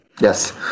Yes